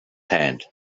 hand